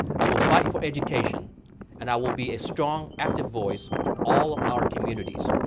i will fight for education and i will be a strong, active voice for all of our communities.